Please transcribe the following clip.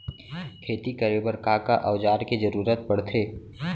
खेती करे बर का का औज़ार के जरूरत पढ़थे?